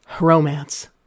Romance